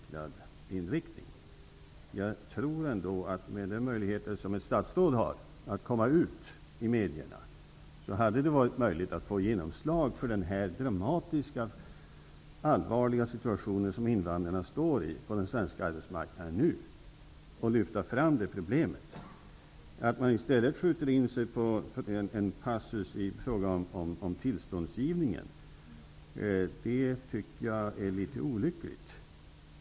Jag tror ändå att Birgit Friggebo, med de möjligheter ett statsråd har att komma ut i medierna, hade kunnat få genomslag och lyfta fram problemet med den dramatiska och allvarliga situation som invandrarna nu är i på den svenska arbetsmarknaden. Att man i stället skjuter in sig på en passus i frågan om tillståndsgivningen är litet olyckligt.